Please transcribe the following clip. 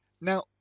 Now